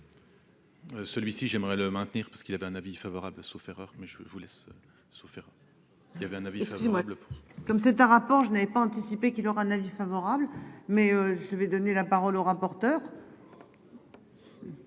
Celui-ci j'aimerais le maintenir, parce qu'il avait un avis favorable sauf erreur mais je vous laisse souffert. Il y avait un avis, excusez-moi. Comme c'est un rapport je n'avais pas anticipé qu'il aura un avis favorable mais je vais donner la parole aux rapporteurs.